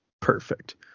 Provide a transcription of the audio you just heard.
perfect